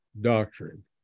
doctrine